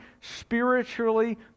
spiritually